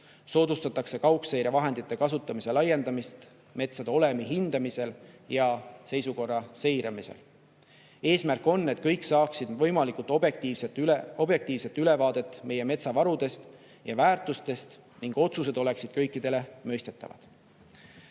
Soodustatakse kaugseirevahendite kasutamise laiendamist metsade olemi hindamisel ja seisukorra seiramisel. Eesmärk on, et kõik saaksid võimalikult objektiivse ülevaate meie metsa varudest ja väärtustest ning otsused oleksid kõikidele mõistetavad. Oma